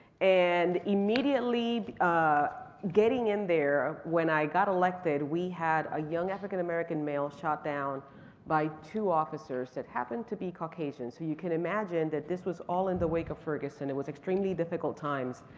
and immediately getting in there when i got elected, we had a young african-american male shot down by two officers that happened to be caucasian, so you can imagine that this was all in the wake of ferguson. it was extremely difficult times,